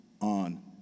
on